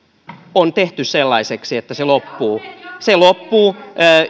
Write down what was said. on tehty sellaiseksi että se loppuu se loppuu